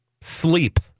Sleep